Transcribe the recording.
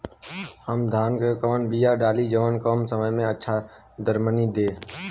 हम धान क कवन बिया डाली जवन कम समय में अच्छा दरमनी दे?